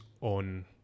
on